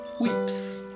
weeps